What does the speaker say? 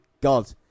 God